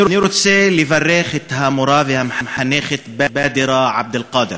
אני רוצה לברך את המורה והמחנכת בדרה עבד-אלקאדר.